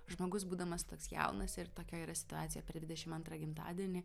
žmogus būdamas toks jaunas ir tokia yra situacija per dvidešim antrą gimtadienį